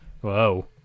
whoa